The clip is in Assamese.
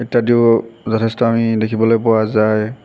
ইত্যাদিও যথেষ্ট আমি দেখিবলৈ পোৱা যায়